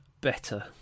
better